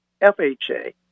FHA